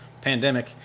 pandemic